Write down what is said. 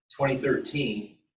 2013